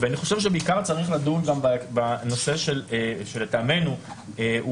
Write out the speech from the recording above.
אני חושב שבעיקר צריך לדון גם בנושא שלטעמנו הוא